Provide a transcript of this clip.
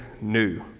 new